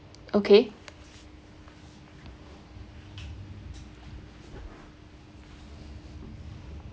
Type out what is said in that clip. okay